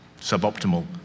suboptimal